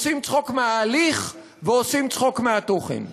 עושים צחוק מההליך ועושים צחוק מהתוכן.